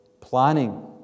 planning